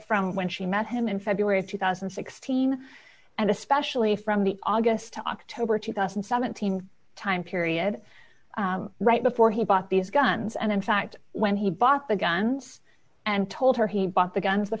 from when she met him in february of two thousand and sixteen and especially from the august to october two thousand and seventeen time period right before he bought these guns and in fact when he bought the guns and told her he bought the guns